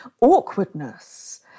awkwardness